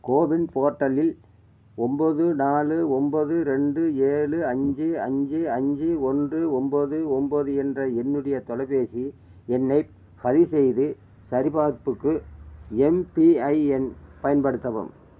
CoWIN போர்ட்டலில் ஒம்போது நாலு ஒம்போது ரெண்டு ஏழு அஞ்சு அஞ்சு அஞ்சு ஒன்று ஒம்போது ஒம்போது என்ற என்னுடைய தொலைபேசி எண்ணைப் பதிவு செய்து சரிபார்ப்புக்கு எம்பிஐஎன் பயன்படுத்தவும்